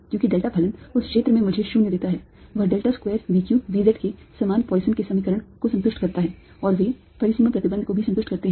क्योंकि delta फलन उस क्षेत्र में मुझे 0 देता है वह del square V q V z के समान पॉइसन के समीकरण को संतुष्ट करता है और वे परिसीमा प्रतिबंध को भी संतुष्ट करते हैं